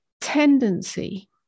tendency